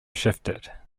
shifted